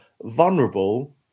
vulnerable